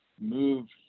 moved